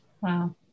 Wow